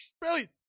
Brilliant